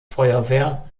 feuerwehr